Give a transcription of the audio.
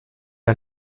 ein